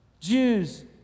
Jews